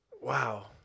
Wow